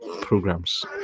programs